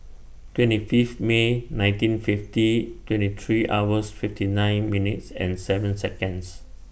twenty Fifth May nineteen fifty twenty three hours fifty nine minutes and seven Seconds